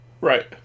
Right